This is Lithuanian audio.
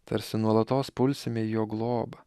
tarsi nuolatos pulsime į jo globą